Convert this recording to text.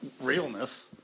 realness